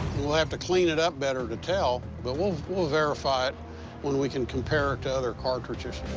we'll have to clean it up better to tell, but we'll we'll verify it when we can compare it to other cartridges.